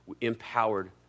empowered